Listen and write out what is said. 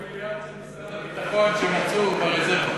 זה המיליארד של משרד הביטחון שמצאו ברזרבה.